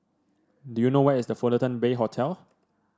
do you know where is The Fullerton Bay Hotel